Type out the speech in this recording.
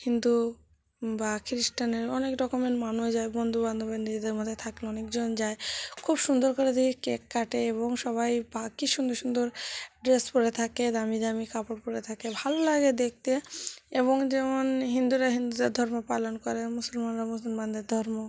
হিন্দু বা খ্রিস্টানের অনেক রকমের মানুষ যায় বন্ধুবান্ধবের নিজেদের মধ্যে থাকলে অনেকজন যায় খুব সুন্দর করে দেখি কেক কাটে এবং সবাই পা কী সুন্দর সুন্দর ড্রেস পরে থাকে দামি দামি কাপড় পরে থাকে ভালো লাগে দেখতে এবং যেমন হিন্দুরা হিন্দুদের ধর্ম পালন করে মুসলমানরা মুসলমানদের ধর্ম